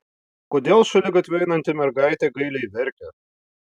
kodėl šaligatviu einanti mergaitė gailiai verkia